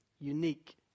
Unique